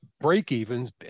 break-evens